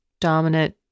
dominant